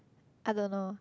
I don't know